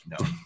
no